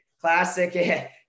classic